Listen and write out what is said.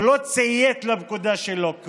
הוא לא ציית לפקודה שלו,